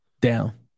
down